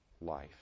life